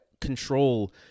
control